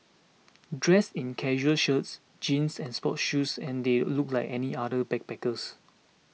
dressed in casual shirts jeans and sports shoes they looked like any other backpacker